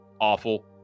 awful